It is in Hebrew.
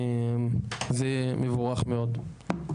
זה מבורך מאוד.